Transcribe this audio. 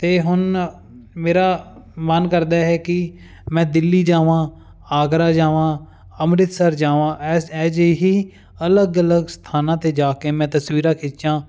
ਅਤੇ ਹੁਣ ਮੇਰਾ ਮਨ ਕਰਦਾ ਹੈ ਕਿ ਮੈਂ ਦਿੱਲੀ ਜਾਵਾਂ ਆਗਰਾ ਜਾਵਾਂ ਅੰਮ੍ਰਿਤਸਰ ਜਾਵਾਂ ਇ ਇਹੋ ਜਿਹੇ ਹੀ ਅਲੱਗ ਅਲੱਗ ਸਥਾਨਾਂ 'ਤੇ ਜਾ ਕੇ ਮੈਂ ਤਸਵੀਰਾਂ ਖਿੱਚਾਂ